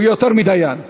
הוא יותר מדיין.